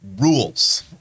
rules